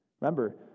Remember